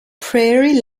prairie